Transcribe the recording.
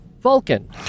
Vulcan